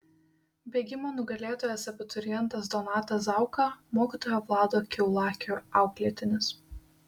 bėgimo nugalėtojas abiturientas donatas zauka mokytojo vlado kiaulakio auklėtinis